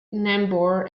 nambour